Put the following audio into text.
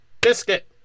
biscuit